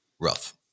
rough